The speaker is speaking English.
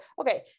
okay